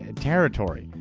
ah territory.